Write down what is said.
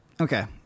okay